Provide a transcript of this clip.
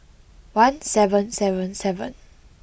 one seven seven seven